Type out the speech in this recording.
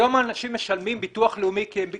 היום אנשים משלמים ביטוח לאומי כי הם יודעים,